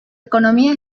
economía